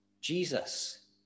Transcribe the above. Jesus